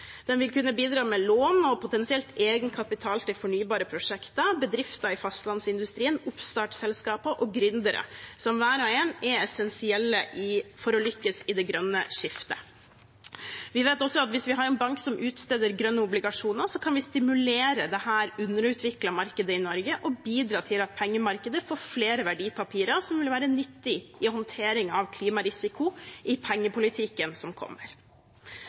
Den vil kunne bidra med lån og potensiell egenkapital til fornybare prosjekter, bedrifter i fastlandsindustrien og oppstartselskaper og gründere som hver og en er essensielle for å lykkes med det grønne skiftet. Vi vet også at hvis vi har en bank som utsteder grønne obligasjoner, kan vi stimulere dette underutviklede markedet i Norge og bidra til at pengemarkedet får flere verdipapirer som vil være nyttig i håndtering av klimarisiko i pengepolitikken som kommer.